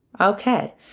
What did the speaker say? Okay